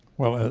well,